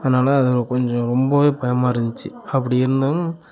அதனால் அதில் கொஞ்சம் ரொம்பவே பயமாக இருந்துச்சி அப்படி இருந்தும்